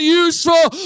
useful